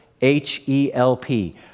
H-E-L-P